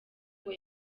ngo